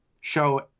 show